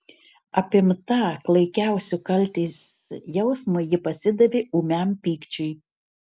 apimta klaikiausio kaltės jausmo ji pasidavė ūmiam pykčiui